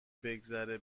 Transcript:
بگذره